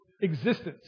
existence